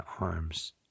arms